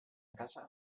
casa